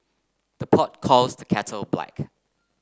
the pot calls the kettle black